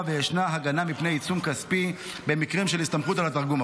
וישנה הגנה מפני עיצום כספי במקרים של הסתמכות על התרגום.